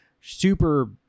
super